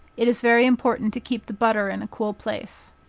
it is very important to keep the butter in a cool place.